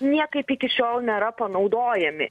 niekaip iki šiol nėra panaudojami